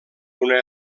una